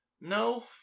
No